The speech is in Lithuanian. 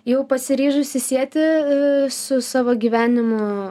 jau pasiryžusi sieti i i su savo gyvenimu